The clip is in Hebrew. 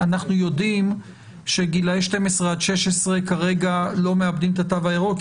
אנחנו יודעים שגילי 12 16 כרגע לא מאבדים את התו הירוק,